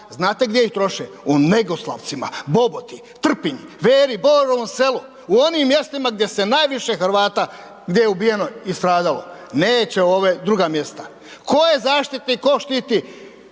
Znate gdje ih troše? U Negoslavcima Boboti, Trpinj, Borovom Selu, u onim mjestima gdje se najviše Hrvata, gdje je ubijeno i stradalo, neće u ove druga mjesta. Tko je zaštitnik, tko štiti